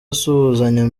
asuhuzanya